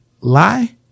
Lie